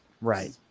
Right